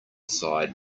side